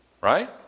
right